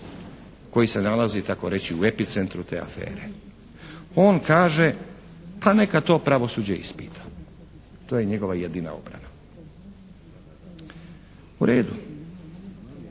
Koji se nalazi tako reći u epicentru te afere? On kaže, pa neka to pravosuđe ispita. To je njegova jedina obrana. U redu.